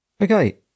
Okay